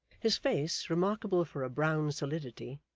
his face, remarkable for a brown solidity,